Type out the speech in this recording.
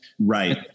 Right